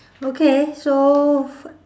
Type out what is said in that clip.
okay so f~